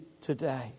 today